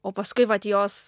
o paskui vat jos